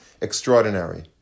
extraordinary